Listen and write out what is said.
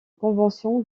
convention